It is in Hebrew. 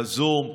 בזום.